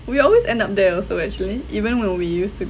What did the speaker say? we always end up there also actually even when we used to